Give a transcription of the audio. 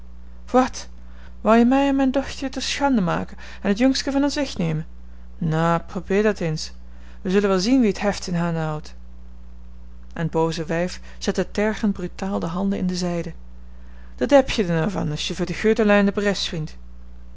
wat wou je mij en me dochter te schande maken en het jungske van ons wegnemen nou probeer dat eens we zullen wel zien wie t heft in handen houdt en t booze wijf zette tergend brutaal de handen in de zijde dat heb je er nou van als je voor de grootelui in de